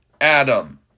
Adam